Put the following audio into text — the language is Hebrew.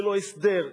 ללא הסדר.